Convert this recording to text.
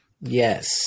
yes